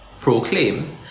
proclaim